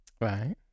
Right